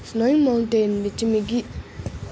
snowy mountain बिच मिकी